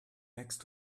next